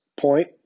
point